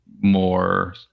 more